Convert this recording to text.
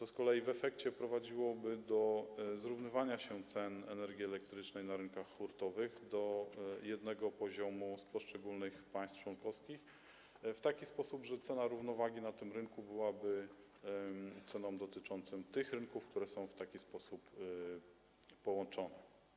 W efekcie prowadziłoby to do zrównywania się cen energii elektrycznej na rynkach hurtowych do tego samego poziomu w poszczególnych państwach członkowskich w taki sposób, że cena równowagi na tym rynku byłaby ceną dotyczącą rynków, które są w taki sposób połączone.